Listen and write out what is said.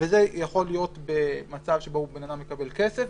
וזה יכול להיות במצב שבו בן אדם מקבל כסף,